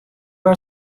are